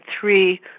three